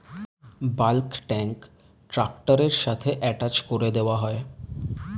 bulk tank ট্র্যাক্টরের সাথে attach করে দেওয়া হয়